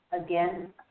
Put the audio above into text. again